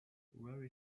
where